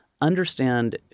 understand